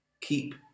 Keep